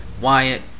Wyatt